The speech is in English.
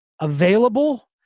available